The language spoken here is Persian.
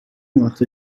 وقتها